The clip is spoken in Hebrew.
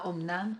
האמנם?